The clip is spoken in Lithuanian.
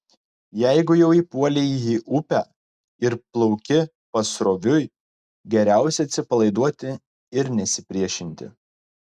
jeigu jau įpuolei į upę ir plauki pasroviui geriausia atsipalaiduoti ir nesipriešinti